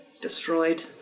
destroyed